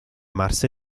mars